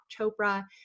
Chopra